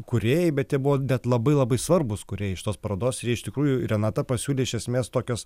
kūrėjai bet jie buvo net labai labai svarbūs kūrėjai šitos parodos iš tikrųjų renata pasiūlė iš esmės tokias